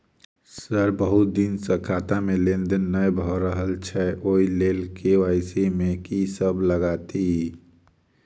Sir बहुत दिन सऽ खाता मे लेनदेन नै भऽ रहल छैय ओई लेल के.वाई.सी मे की सब लागति ई?